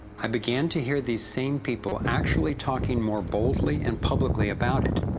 i began to hear the same people, actually talking more boldly and publicly about it,